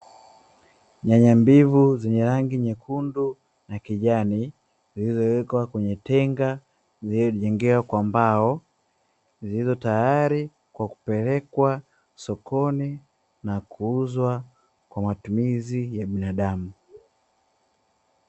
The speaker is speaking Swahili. Nyanya mbivu zenye rangi nyekundu na kijani zilizowekwa kwenye tenga zilizojengewa kwa mbao, zilizo tayari kwa kupelekwa sokoni na kuuzwa kwa matumizi ya binadamu.